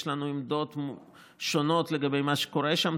יש לנו עמדות שונות לגבי מה שקורה שם,